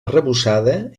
arrebossada